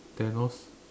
thanos